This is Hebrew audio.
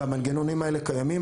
והמנגנונים האלה קיימים,